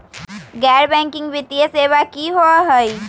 गैर बैकिंग वित्तीय सेवा की होअ हई?